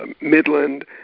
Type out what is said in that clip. Midland